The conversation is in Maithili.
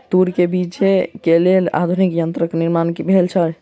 तूर के बीछै के लेल आधुनिक यंत्रक निर्माण भेल अछि